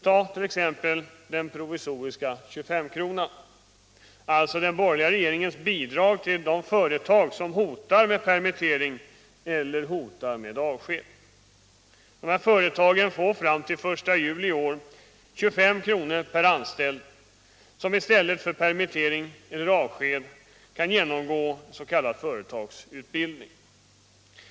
Ta t.ex. den provisoriska 25-kronan, alltså den borgerliga regeringens bidrag till de företag som hotar med permittering eller avsked. Dessa företag får fram till den 1 juli i år 25 kr. per anställd som i stället för att permitteras eller avskedas får genomgå s.k. företagsutbildning.